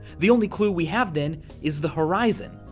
the only clue we have then is the horizon,